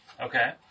Okay